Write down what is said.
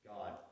God